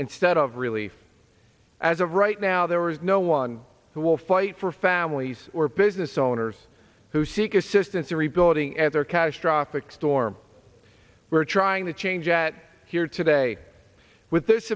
and stead of relief as of right now there was no one who will fight for families or business owners who seek assistance in rebuilding at their catastrophic storm we're trying to change at here today with this